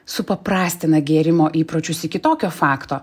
supaprastina gėrimo įpročius iki tokio fakto